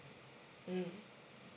mm